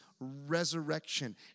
resurrection